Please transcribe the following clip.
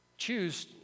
Choose